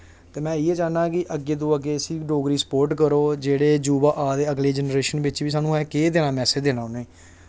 ते में इ'यो चाह्न्नां कि अग्गें तो अग्गें इसी डोगरी गी स्पोर्ट करो जेह्ड़े युवा आ दे अगली जेनरेशन बिच असें सानूं केह् देना मैसेज देना उ'नें गी